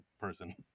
person